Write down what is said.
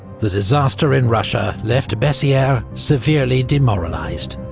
the disaster in russia left bessieres severely demoralised.